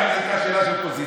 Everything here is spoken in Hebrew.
האם זו הייתה שאלה של פוזיציה?